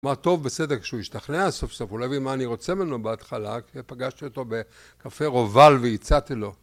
מה טוב בסדק שהוא השתכנע סוף סוף, הוא לא הביא מה אני רוצה ממנו בהתחלה כי פגשתי אותו בקפה רובל והצעתי לו